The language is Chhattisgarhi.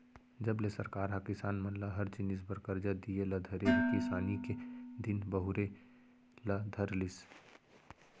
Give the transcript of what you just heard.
जब ले सरकार ह किसान मन ल हर जिनिस बर करजा दिये ल धरे हे किसानी के दिन बहुरे ल धर लिस